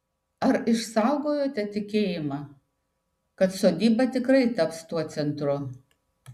ar išsaugojote tikėjimą kad sodyba tikrai taps tuo centru